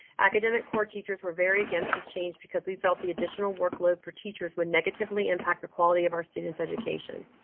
academic core teachers were very against this change because we felt the additional workload for teachers would negatively impact the quality of our students education.